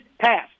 passed